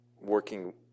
working